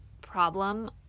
problem